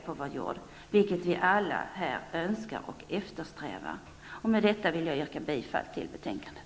Det är ju något som vi alla här önskar och eftersträvar. Med detta yrkar jag bifall till hemställan i betänkandet.